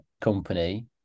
company